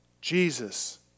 Jesus